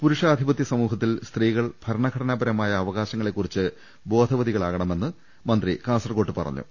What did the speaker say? പുരുഷാധിപത്യ സമൂഹത്തിൽ സ്ത്രീകൾ ഭരണ ഘടനാപരമായ അവകാശങ്ങളെക്കുറിച്ച് ബോധവതികളാകണമെന്ന് മന്ത്രി കാസർകോട്ട് പറഞ്ഞു